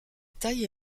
taille